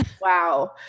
wow